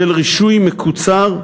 של רישוי מקוצר,